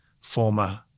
former